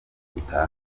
gutaha